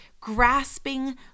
grasping